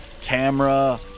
camera